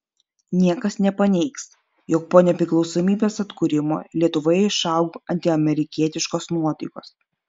niekas nepaneigs jog po nepriklausomybės atkūrimo lietuvoje išaugo antiamerikietiškos nuotaikos